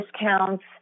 discounts